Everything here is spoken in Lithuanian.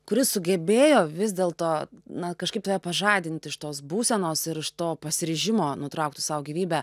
kuri sugebėjo vis dėl to na kažkaip tave pažadint iš tos būsenos ir iš to pasiryžimo nutraukti sau gyvybę